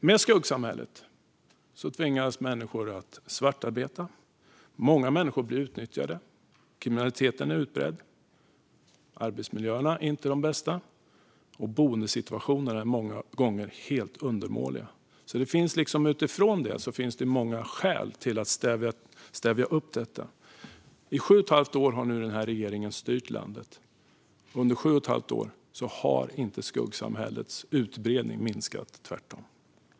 Med skuggsamhället tvingas människor att svartarbeta. Många människor blir utnyttjade. Kriminaliteten är utbredd. Arbetsmiljöerna är inte de bästa, och boendesituationerna är många gånger helt undermåliga. Mot bakgrund av detta finns det många skäl att stävja detta. I sju och ett halvt år har den här regeringen nu styrt landet. Under sju och ett halvt år har skuggsamhällets utbredning inte minskat, tvärtom.